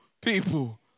people